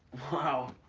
wow.